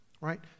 right